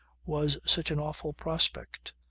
was such an awful prospect.